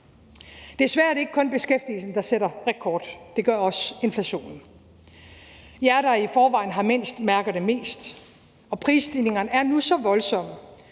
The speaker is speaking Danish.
Desværre er det ikke kun beskæftigelsen, der sætter rekord. Det gør også inflationen. Jer, der i forvejen har mindst, mærker det mest, og prisstigningerne er nu så voldsomme,